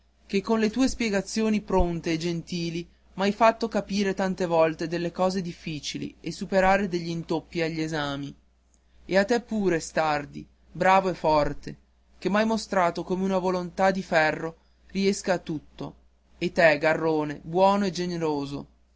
che con le tue spiegazioni pronte e gentili m'hai fatto capire tante volte delle cose difficili e superare degli intoppi agli esami e te pure stardi bravo e forte che m'hai mostrato come una volontà di ferro riesca a tutto e te garrone buono e generoso